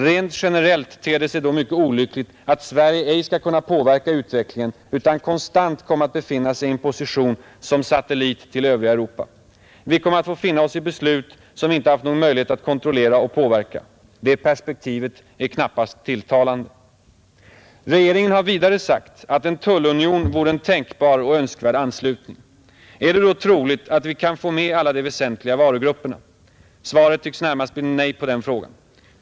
Rent generellt ter det sig då mycket olyckligt att Sverige ej skall kunna påverka utvecklingen utan konstant kommer att befinna sig i en position som satellit till övriga Europa. Vi kommer att få finna oss i beslut som vi inte haft någon möjlighet att kontrollera och påverka. Det perspektivet är knappast tilltalande. Regeringen har vidare sagt att en tullunion vore en tänkbar och önskvärd anslutning. Är det då troligt att vi kan få med alla de väsentliga varugrupperna? Svaret tycks närmast bli nej på den frågan.